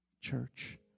church